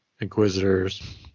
Inquisitors